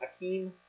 Akeem